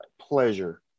pleasure